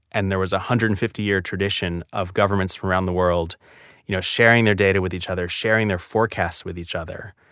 and there was a one hundred and fifty year tradition of governments around the world you know sharing their data with each other, sharing their forecast with each other.